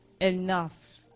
enough